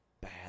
bad